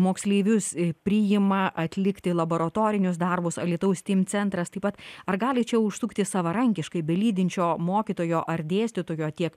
moksleivius priima atlikti laboratorinius darbus alytaus steam centras taip pat ar gali čia užsukti savarankiškai be lydinčio mokytojo ar dėstytojo tiek